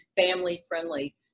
family-friendly